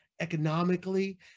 economically